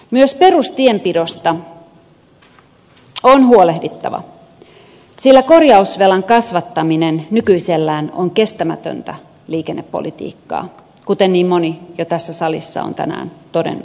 myös perustienpidosta on huolehdittava sillä korjausvelan kasvattaminen nykyisellään on kestämätöntä liikennepolitiikkaa kuten jo niin moni tässä salissa on tänään todennut